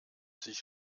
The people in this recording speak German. sich